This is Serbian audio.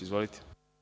Izvolite.